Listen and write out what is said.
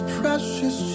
precious